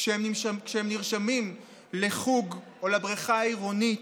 כשהם נרשמים לחוג או לבריכה העירונית,